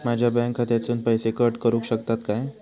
माझ्या बँक खात्यासून पैसे कट करुक शकतात काय?